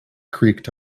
creaked